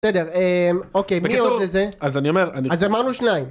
בסדר אה... אוקי, בקיצור, מי עוד לזה? אז אני אומר... אז אמרנו שניים